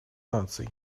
наций